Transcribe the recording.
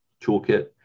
toolkit